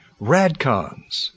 radcons